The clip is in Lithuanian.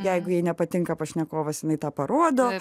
jeigu jai nepatinka pašnekovas jinai tą parodo